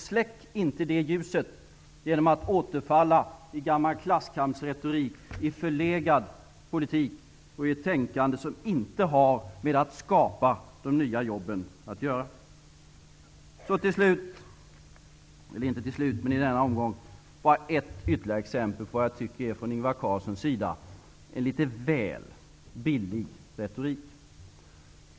Släck inte det ljuset genom att återfalla i gammal klasskampsretorik, i förlegad politik och i ett tänkande som inte har med att skapa de nya jobben att göra! Så till slut i denna omgång bara ytterligare ett exempel på vad jag tycker är från Ingvar Carlssons sida en litet väl billig retorik.